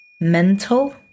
mental